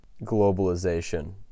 globalization